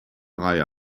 reihe